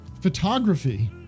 photography